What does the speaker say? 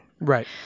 right